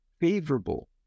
favorable